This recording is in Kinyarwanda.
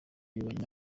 y’ububanyi